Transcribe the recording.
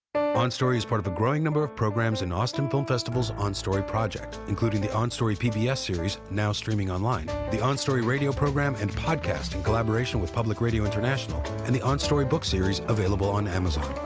on on story is part of the growing number of programs in austin film festival's on story project, including the on story pbs series, now streaming online, the on story radio program and podcast, in collaboration with public radio international, and the on story book series, available on amazon.